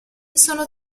sono